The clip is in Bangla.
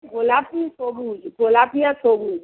গোলাপি সবুজ গোলাপি আর সবুজ